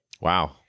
Wow